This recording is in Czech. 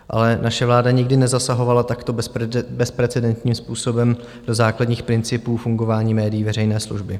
Ale naše vláda nikdy nezasahovala takto bezprecedentním způsobem do základních principů fungování médií veřejné služby.